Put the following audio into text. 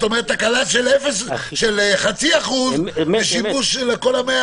תקלה של חצי אחוז זה שיבוש של כל ה-100 אחוז.